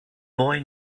boy